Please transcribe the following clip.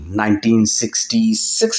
1966